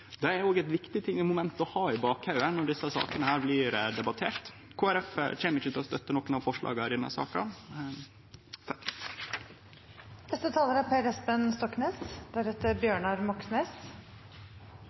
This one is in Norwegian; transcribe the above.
Det er òg eit viktig moment å ha i bakhovudet når desse sakene blir debatterte. Kristeleg Folkeparti kjem ikkje til å støtte nokon av forslaga i denne saka.